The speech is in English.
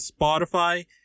Spotify